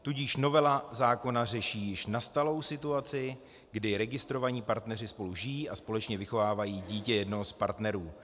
Tudíž novela zákona řeší již nastalou situaci, kdy registrovaní partneři spolu žijí a společně vychovávají dítě jednoho z partnerů.